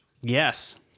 Yes